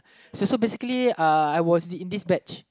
so so basically I was in this batch